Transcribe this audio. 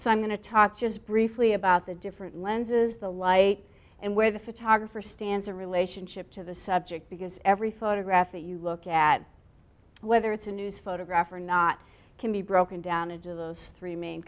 so i'm going to talk just briefly about the different lenses the like and where the photographer stands in relationship to the subject because every photograph that you look at whether it's a news photograph or not can be broken down into those three main